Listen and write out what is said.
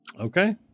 Okay